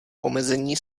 omezení